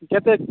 କେତେ